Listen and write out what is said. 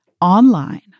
online